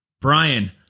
Brian